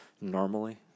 normally